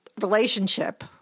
relationship